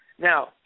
Now